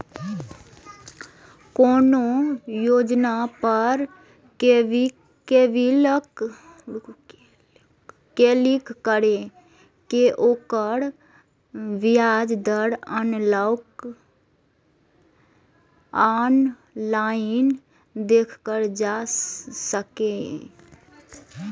कोनो योजना पर क्लिक कैर के ओकर ब्याज दर ऑनलाइन देखल जा सकैए